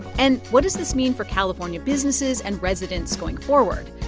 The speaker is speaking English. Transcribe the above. and what does this mean for california businesses and residents going forward?